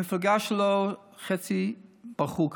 המפלגה שלו, חצי ברחו כבר.